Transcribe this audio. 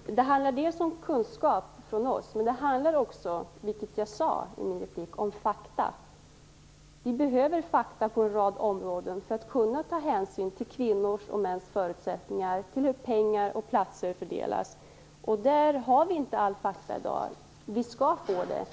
Fru talman! Det handlar dels om kunskap från vår sida, dels om fakta, vilket jag sade i min replik. Vi behöver fakta på en rad områden för att kunna ta hänsyn till kvinnors och mäns förutsättningar, till hur pengar och platser fördelas. Där har vi inte alla fakta i dag. Vi skall få det.